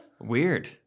Weird